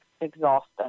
exhausted